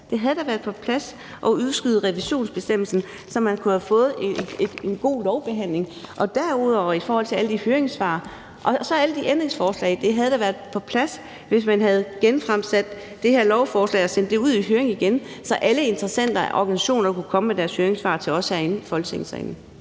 det havde da været på plads at udskyde revisionsbestemmelsen, så man kunne have fået en god lovbehandling. Det havde da også været på plads i forhold til alle de høringssvar og ændringsforslag, hvis man havde genfremsat det her lovforslag og sendt det ud i høring igen, så alle interessenter og organisationer kunne komme med deres høringssvar til os herinde i Folketinget.